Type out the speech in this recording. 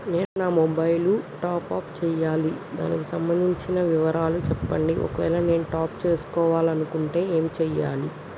నేను నా mobile top up చేయాలి దానికి సంబంధించిన వివరాలు చెప్పండి ఒకవేళ నేను టాప్ చేసుకోవాలనుకుంటే ఏం చేయాలి?